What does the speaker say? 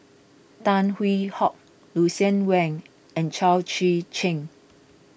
Tan Hwee Hock Lucien Wang and Chao Tzee Cheng